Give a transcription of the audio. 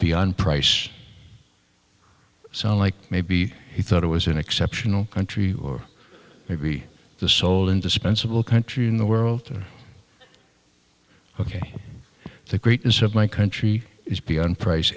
beyond price so like maybe he thought it was an exceptional country or maybe the sole indispensable country in the world ok the greatness of my country is beyond price